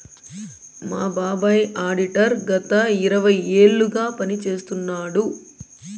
మా బాబాయ్ ఆడిటర్ గత ఇరవై ఏళ్లుగా పని చేస్తున్నాడు